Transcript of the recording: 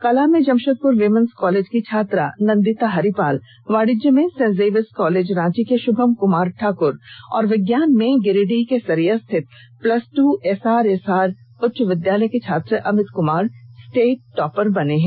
कला में Jamshedpur women's college की छात्रा नंदिता हरिपाल वाणिज्य में सेंट जेवियर्स कालेज रांची के शुभम कुमार ठाकुर और विज्ञान में गिरिंडीह के सरिया स्थित प्लस ट्र एसआरएसआर उच्च विद्यालय के छात्र अमित कुमार स्टेट टापर बने हैं